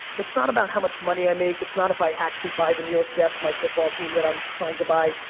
it's not about how much money i make, it's not if i actually buy the new york jets, my football team that i'm trying to buy,